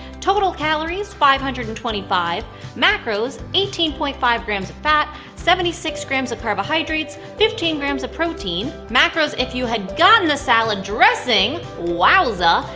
total calories five hundred and twenty five macros eighteen point five grams of fat, seventy six grams of carbohydrates, fifteen grams of protein. macros if you had gotten that salad dressing wowza!